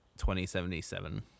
2077